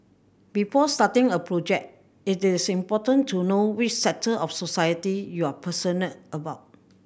before starting a project it is important to know which sector of society you are passionate about